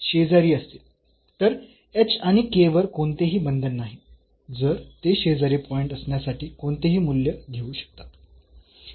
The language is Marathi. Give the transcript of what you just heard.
तर आणि वर कोणतेही बंधन नाही जर ते शेजारी पॉईंट असण्यासाठी कोणतेही मूल्य घेऊ शकतात